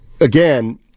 again